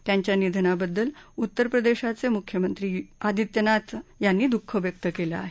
त्यांच्या निधनाबद्दल उत्तर प्रदेशाचे मुख्यमंत्री योगी आदित्यनाथ यांनी दुःख व्यक्त केलं आहे